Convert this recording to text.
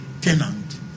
tenant